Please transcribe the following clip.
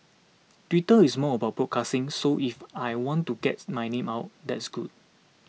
Twitter is more about broadcasting so if I want to gets my name out that's good